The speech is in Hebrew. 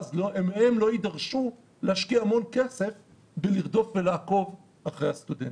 ואז הם לא יידרשו להשקיע המון כסף בלרדוף ולעקוב אחרי הסטודנטים.